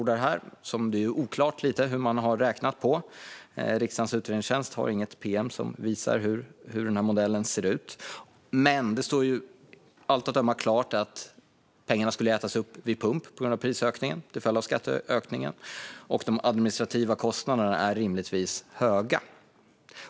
Det är lite oklart hur man har räknat på det. Riksdagens utredningstjänst har inget pm som visar hur den modellen ser ut. Men det står av allt att döma klart att pengarna skulle ätas upp vid pump på grund av prisökningen, till följd av skatteökningen. Och de administrativa kostnaderna är rimligtvis höga.